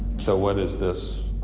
so, what is this?